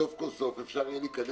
סוף כל סוף אפשר יהיה להיכנס